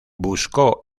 buscó